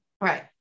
Right